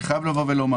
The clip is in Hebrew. אני חייב לומר,